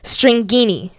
Stringini